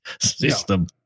system